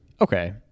okay